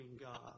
God